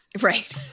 right